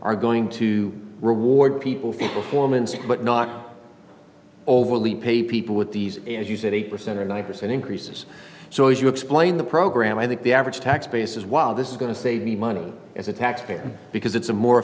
are going to reward people for performance but not overly pay people with these as you said eight percent or nine percent increases so as you explain the program i think the average tax base is while this is going to save you money as a taxpayer because it's a more